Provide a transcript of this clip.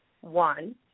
One